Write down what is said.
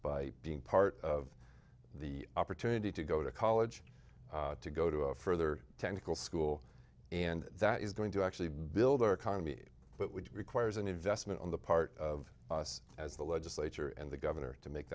by being part of the opportunity to go to college to go to a further technical school and that is going to actually build our economy but which requires an investment on the part of us as the legislature and the governor to make